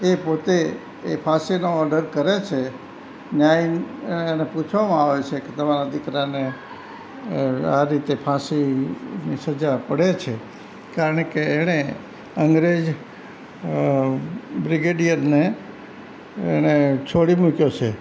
એ પોતે એ ફાંસીનો ઓડર કરે છે ત્યાં એને પૂછવામાં આવે છે કે તમારાં દીકરાને આ રીતે ફાંસીની સજા પડે છે કારણ કે એણે અંગ્રેજ બ્રિગેડીયરને એણે છોડી મૂક્યો છે